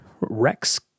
Rex